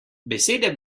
besede